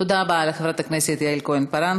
תודה רבה לחברת הכנסת יעל כהן-פארן.